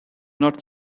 not